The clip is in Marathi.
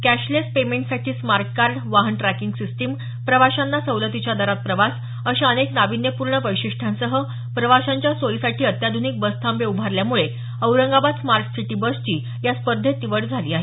कॅशलेस पेमेंट्ससाठी स्मार्ट कार्ड वाहन ट्रॅकिंग सिस्टम प्रवासांना सवलतीच्या दरात प्रवास अशा अनेक नाविन्यपूर्ण वैशिष्ट्यांसह प्रवाशांच्या सोयीसाठी अत्याधुनिक बसथांबे उभारल्यामुळे औरंगाबाद स्मार्ट सिटी बस ची या स्पर्धेत निवड झाली आहे